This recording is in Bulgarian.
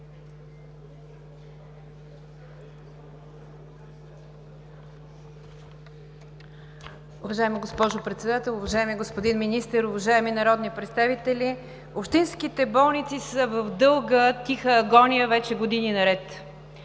Уважаема госпожо Председател, уважаеми господин Министър, уважаеми народни представители! Общинските болници са в дълга, тиха агония вече години наред.